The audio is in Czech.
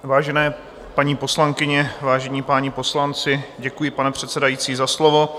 Vážené paní poslankyně, vážení páni poslanci, děkuji, pane předsedající, za slovo.